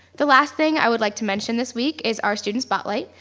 the last thing i would like to mention this week is our student spotlight,